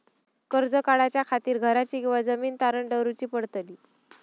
कर्ज काढच्या खातीर घराची किंवा जमीन तारण दवरूची पडतली?